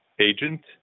agent